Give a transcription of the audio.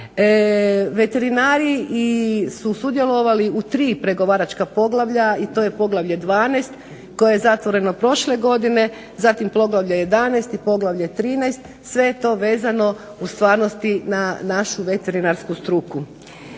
Veterinari su sudjelovali u tri pregovaračka poglavlja i to je poglavlje 12 koje je zatvoreno prošle godine, zatim poglavlje 11 i poglavlje 13, sve je to vezano u stvarnosti na našu veterinarsku struku.